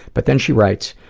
but then she writes,